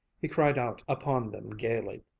he cried out upon them gaily,